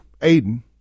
Aiden